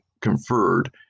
conferred